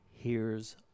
Hears